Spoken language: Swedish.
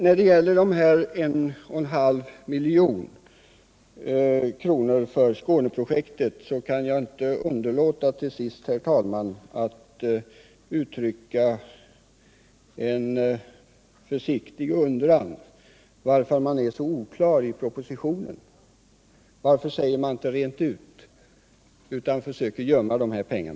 När det gäller de 1,5 miljoner kronorna för Skåneprojektet kan jag, herr talman, inte underlåta att till sist uttrycka en försiktig undran varför propositionen är så oklart skriven. Varför säger man inte rent ut, utan försöker gömma dessa pengar?